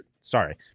sorry